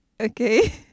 okay